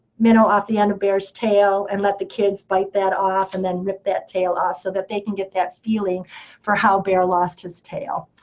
minnow off the end of bear's tail, and let the kids bite that off, and rip that tail off, so that they can get that feeling for how bear lost his tail.